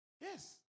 Yes